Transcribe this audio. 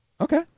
Okay